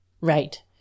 right